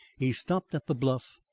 he stopped at the bluff,